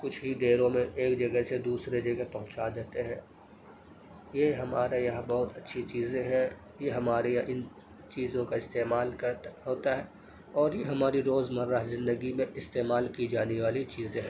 کچھ ہی دیر میں ایک جگہ سے دوسرے جگہ پہنچا دیتے ہیں یہ ہمارے یہاں بہت اچھی چیزیں ہیں یہ ہمارے یہاں ان چیزوں کا استعمال ہوتا ہے اور یہ ہماری روزمرہ زندگی میں استعمال کی جانے والی چیزیں ہیں